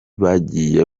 bagiye